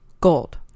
gold